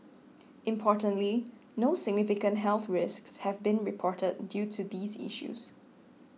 importantly no significant health risks have been reported due to these issues